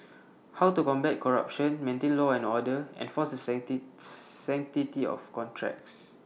how to combat corruption maintain law and order enforce the city sanctity of contracts